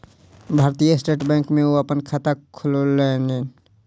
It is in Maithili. भारतीय स्टेट बैंक में ओ अपन खाता खोलौलेन